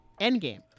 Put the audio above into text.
Endgame